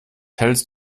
hältst